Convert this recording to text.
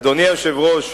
אדוני היושב-ראש,